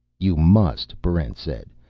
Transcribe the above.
you must! barrent said.